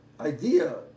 idea